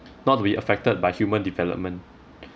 not to be affected by human development